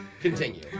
continue